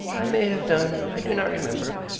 i may have done. i do not remember.